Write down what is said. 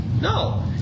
No